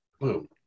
Boom